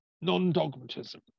non-dogmatism